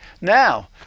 Now